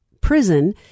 prison